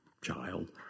child